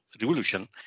revolution